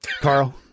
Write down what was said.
Carl